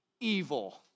evil